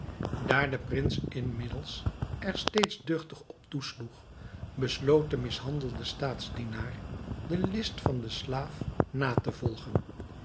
daar de prins inmiddels er steeds duchtig op toesloeg besloot de mishandelde staatsdienaar de list van den slaaf na te volgen